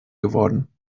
geworden